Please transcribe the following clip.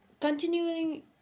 continuing